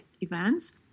events